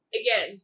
again